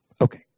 Okay